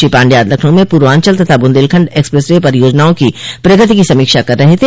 श्री पाण्डेय आज लखनऊ में पूर्वांचल तथा बुन्देलखंड एक्सप्रेस वे परियोजनाओं की प्रगति की समीक्षा कर रहे थे